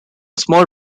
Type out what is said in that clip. small